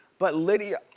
but lidia,